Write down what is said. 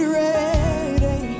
ready